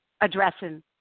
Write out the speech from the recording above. addressing